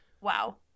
Wow